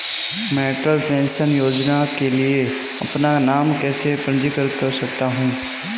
मैं अटल पेंशन योजना के लिए अपना नाम कैसे पंजीकृत कर सकता हूं?